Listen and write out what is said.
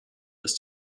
dass